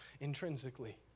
intrinsically